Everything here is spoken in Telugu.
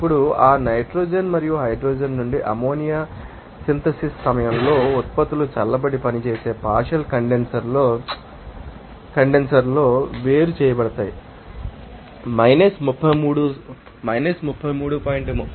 ఇప్పుడు ఆ నైట్రోజన్ మరియు హైడ్రోజన్ నుండి అమ్మోనియా సిన్తసిస్ సమయంలో ఉత్పత్తులు చల్లబడి పనిచేసే పార్షియల్ కండెన్సర్లో వేరు చేయబడతాయి 33